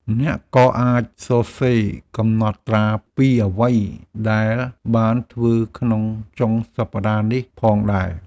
អ្នកក៏អាចសរសេរកំណត់ត្រាពីអ្វីដែលបានធ្វើក្នុងចុងសប្តាហ៍នេះផងដែរ។